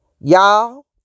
Y'all